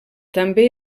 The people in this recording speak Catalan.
també